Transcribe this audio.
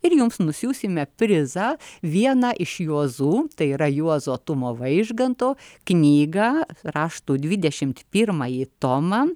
ir jums nusiųsime prizą vieną iš juozų tai yra juozo tumo vaižganto knygą raštų dvidešim pirmąjį tomą